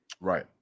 Right